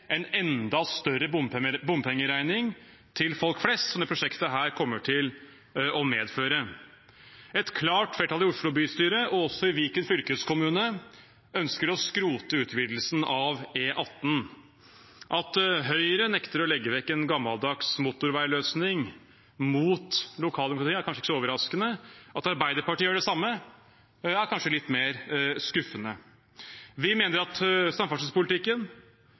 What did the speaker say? en enda større bompengeregning til folk flest, som dette prosjektet kommer til å medføre. Et klart flertall i Oslo bystyre, og også i Viken fylkeskommune, ønsker å skrote utvidelsen av E18. At Høyre nekter å legge vekk en gammeldags motorveiløsning, mot lokaldemokratiets vilje, er kanskje ikke så overraskende. At Arbeiderpartiet gjør det samme, er kanskje litt mer skuffende. Vi mener at samferdselspolitikken